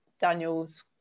Daniel's